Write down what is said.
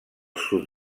sud